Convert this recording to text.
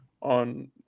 on